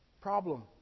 problem